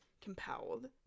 compelled